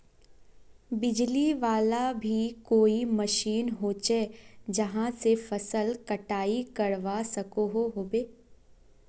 बिजली वाला भी कोई मशीन होचे जहा से फसल कटाई करवा सकोहो होबे?